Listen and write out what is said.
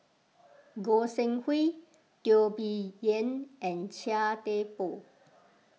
Goi Seng Hui Teo Bee Yen and Chia Thye Poh